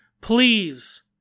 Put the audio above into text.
Please